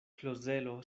klozelo